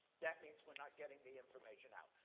that means we're not getting the information out.